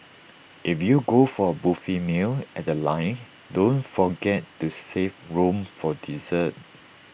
if you go for A buffet meal at The Line don't forget to save room for dessert